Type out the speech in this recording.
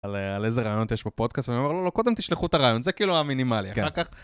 על איזה רעיונות יש בפודקאסט, ואמרו לו, קודם תשלחו את הרעיון, זה כאילו המינימלי, אחר כך...